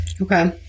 Okay